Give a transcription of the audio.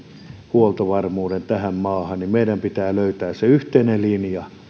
huoltovarmuuden tähän maahan löytää se yhteinen linja